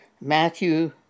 Matthew